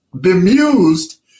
bemused